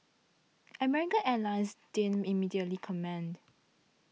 American Airlines didn't immediately comment